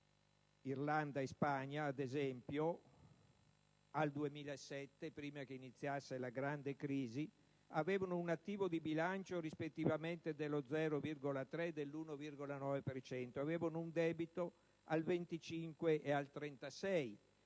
Irlanda e Spagna, ad esempio, nel 2007, prima che iniziasse la grande crisi, avevano un attivo di bilancio rispettivamente dello 0,3 e dell'1,9 per cento e un debito al 25 e al 36